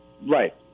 Right